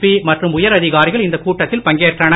B மற்றும் உயரதிகாரிகள் இந்த கூட்டத்தில் பங்கேற்றனர்